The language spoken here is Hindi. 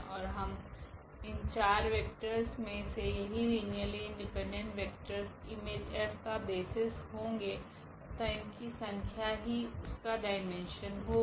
ओर इन 4 वेक्टरस मे से यही linearly independent vectors image F का बेसिस होगे तथा इनकी संख्या ही इसका डाईमेन्शन होगी